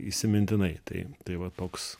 įsimintinai tai tai va toks